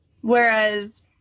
whereas